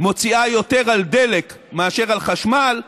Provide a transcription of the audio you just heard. מוציאה יותר על דלק מאשר על חשמל,